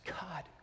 God